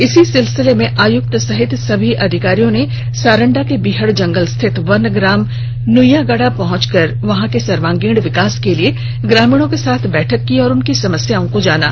इसी सिलसिले में आयुक्त सहित सभी अधिकारियों ने सारंडा के बीहड़ जंगल स्थित वनग्राम नुईयागड़ा पहुंच कर वहां के सर्वांगीण विकास के लिए ग्रामीणों के साथ बैठक की और उनकी समस्याओं को जाना